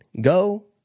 Go